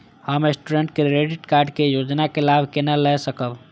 हम student credit card के योजना के लाभ केना लय सकब?